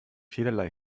vielerlei